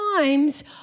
times